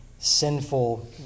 sinful